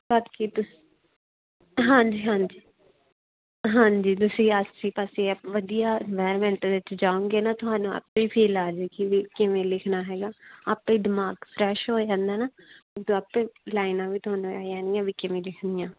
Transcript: ਬਾਕੀ ਤੁਸੀਂ ਹਾਂਜੀ ਹਾਂਜੀ ਹਾਂਜੀ ਤੁਸੀਂ ਆਸੇ ਪਾਸੇ ਅ ਵਧੀਆ ਇਨਵਾਇਰਮੈਂਟ ਵਿੱਚ ਜਾਊਂਗੇ ਨਾ ਤੁਹਾਨੂੰ ਆਪੇ ਫੀਲ ਆ ਜਾਵੇਗੀ ਵੀ ਕਿਵੇਂ ਲਿਖਣਾ ਹੈਗਾ ਆਪੇ ਹੀ ਦਿਮਾਗ ਫਰੈਸ਼ ਹੋ ਜਾਂਦਾ ਨਾ ਉਦੋਂ ਆਪੇ ਲਾਈਨਾਂ ਵੀ ਤੁਹਾਨੂੰ ਆ ਜਾਣਗੀਆਂ ਵੀ ਕਿਵੇਂ ਲਿਖਣੀਆਂ